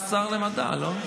אני מבקש, אתה שר למדע, לא?